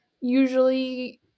usually